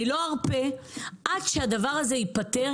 לא ארפה עד שהדבר הזה ייפתר.